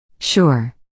Sure